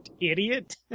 idiot